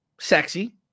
sexy